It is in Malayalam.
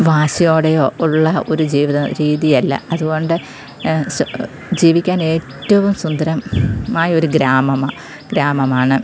വാശിയോടെയോ ഉള്ള ഒരു ജീവിത രീതിയല്ല അതു കൊണ്ട് ജീവിക്കാൻ ഏറ്റവും സുന്ദരം മായൊരു ഗ്രാമമാണ് ഗ്രാമമാണ്